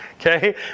okay